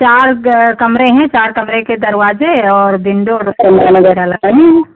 चार कमरे हैं चार कमरे के दरवाज़े और विंडो रोशनदान वग़ैरह लगाने है